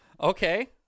Okay